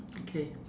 okay